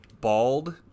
bald